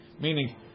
Meaning